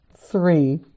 Three